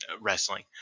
wrestling